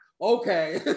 Okay